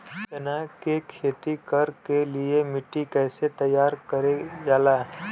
चना की खेती कर के लिए मिट्टी कैसे तैयार करें जाला?